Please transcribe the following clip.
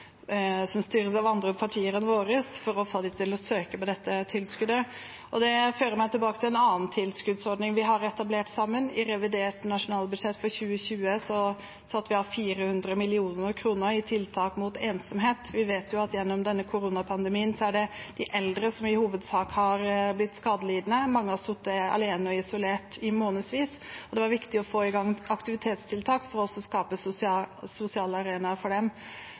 styres av andre partier enn våre, for å få dem til å søke på dette tilskuddet. Det fører meg tilbake til en annen tilskuddsordning vi har etablert sammen. I revidert nasjonalbudsjett for 2020 satte vi av 400 mill. kr til tiltak mot ensomhet. Vi vet at gjennom denne koronapandemien er det de eldre som i hovedsak har blitt skadelidende. Mange har sittet alene og isolert i månedsvis, og det var viktig å få i gang aktivitetstiltak for å skape sosiale arenaer for dem.